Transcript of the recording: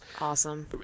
awesome